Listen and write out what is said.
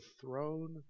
throne